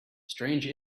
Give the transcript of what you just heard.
strange